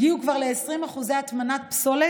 באיחוד האירופי הגיעו כבר ל-20% הטמנת פסולת,